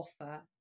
offer